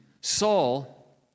Saul